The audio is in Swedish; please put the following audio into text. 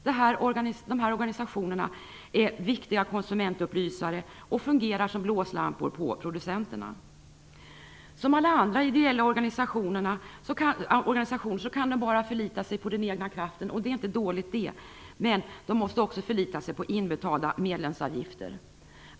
Dessa organisationer är viktiga konsumentupplysare och fungerar som blåslampor på producenterna. Som alla andra ideella organisationer kan de bara förlita på den egna kraften, och det är inte dåligt, men de måste också förlita sig på inbetalda medlemsavgifter.